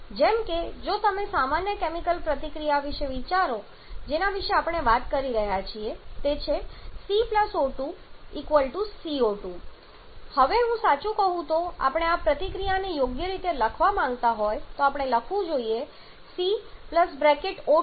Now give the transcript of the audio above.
જેમ કે જો તમે સામાન્ય કેમિકલ પ્રતિક્રિયા વિશે વિચારો છો જેના વિશે આપણે વાત કરી રહ્યા છીએ તે છે C O2 🡪 CO2 હવે સાચું કહું તો જો આપણે આ પ્રતિક્રિયાને યોગ્ય રીતે લખવા માંગતા હોય તો આપણે આ લખવું જોઈએ C O2 3